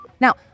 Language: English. Now